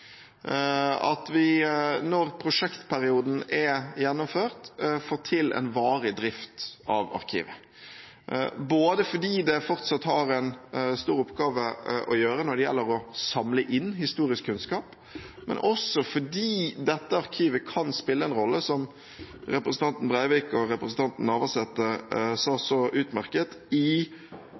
at vi når prosjektperioden er gjennomført, får til en varig drift av arkivet, både fordi det fortsatt har en stor oppgave å gjøre når det gjelder å samle inn historisk kunnskap, og også fordi dette arkivet kan spille en rolle, som representanten Breivik og representanten Navarsete sa så utmerket, i